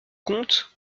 comte